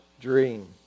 dream